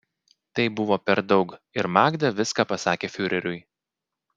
tai buvo per daug ir magda viską pasakė fiureriui